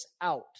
out